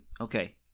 Okay